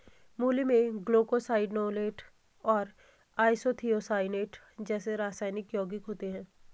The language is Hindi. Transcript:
मूली में ग्लूकोसाइनोलेट और आइसोथियोसाइनेट जैसे रासायनिक यौगिक होते है